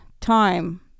time